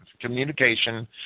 communication